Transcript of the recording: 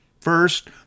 First